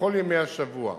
בכל ימי השבוע,